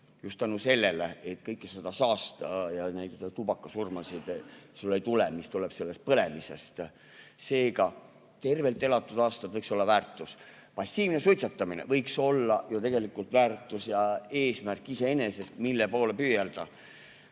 just tänu sellele, et kõike seda saasta ja tubakasurma sulle ei tule, mis tuleb sellest põlemisest –, siis tervelt elatud aastaid võiks olla väärtus. Passiivne suitsetamine võiks olla ju tegelikult väärtus ja eesmärk iseenesest, mille poole püüelda.